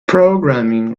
programming